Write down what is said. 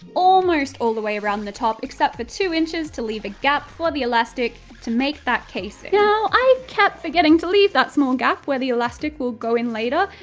almost all the way around the top, except for two inches to leave a gap for the elastic, to make that casing. now, i kept forgetting to leave that small gap, where the elastic will go in later,